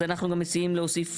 אנחנו גם מציעים להוסיף,